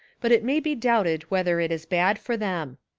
but it may be doubted whether it is bad for them.